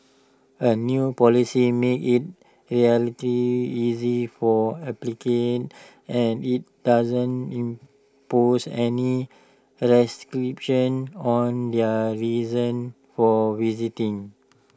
A new policy makes IT relative easy for applicants and IT doesn't impose any restrictions on their reasons for visiting